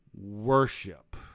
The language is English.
worship